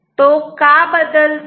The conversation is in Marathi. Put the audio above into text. तो का बदलतो